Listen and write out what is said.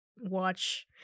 watch